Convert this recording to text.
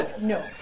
No